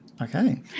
Okay